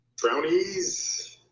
Brownies